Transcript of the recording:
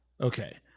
Okay